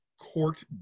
court